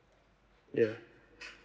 ya